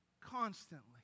constantly